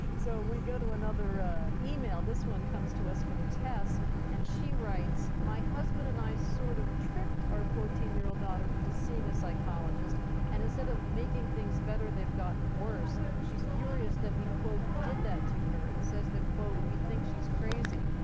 so we go to another email. this one comes to us from tess and she writes my husband and i sort of tricked our fourteen year old daughter into seeing a psychologist and instead of making things better they've gotten worse. she's furious that we did that do her and says that we think she's crazy.